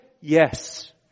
Yes